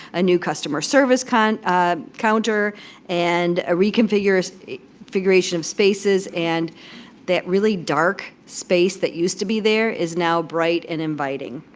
a new customer service kind of counter and ah a reconfiguration of spaces, and that really dark space that used to be there is now bright and inviting.